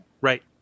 Right